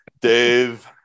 Dave